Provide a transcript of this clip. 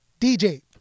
dj